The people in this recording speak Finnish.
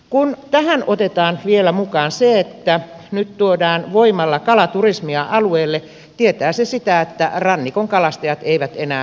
kun tähän otetaan vielä mukaan se että nyt tuodaan voimalla kalaturismia alueelle tietää se sitä että rannikon kalastajat eivät enää yksinkertaisesti elä